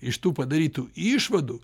iš tų padarytų išvadų